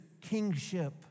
kingship